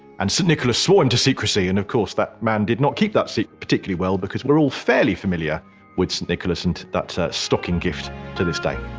and saint nicholas swore him and to secrecy and of course that man did not keep that secret particularly well because we're all fairly familiar with saint nicholas and that stocking gift to this day.